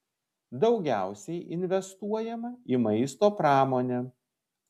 daugiausiai investuojama į maisto pramonę